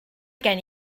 gen